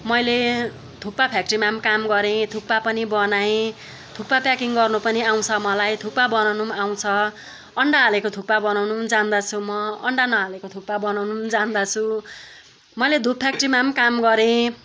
मैले थुक्पा फ्याक्ट्रीमा पनि काम गरेँ थुक्पा पनि बनाएँ थुक्पा प्याकिङ गर्नु पनि आउँछ मलाई थुक्पा बनाउनु पनि आउँछ अन्डा हालेको थुक्पा बानाउनु नि जान्दछु म अन्डा नहालेको थुक्पा बनाउन पनि जान्दछु मैले धूप फ्याक्ट्रीमा पनि काम गरेँ